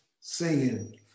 singing